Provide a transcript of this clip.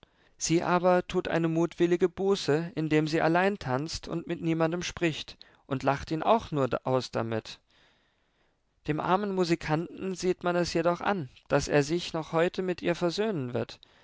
sie aber tut eine mutwillige buße indem sie allein tanzt und mit niemandem spricht und lacht ihn auch nur aus damit dem armen musikanten sieht man es jedoch an daß er sich noch heute mit ihr versöhnen wird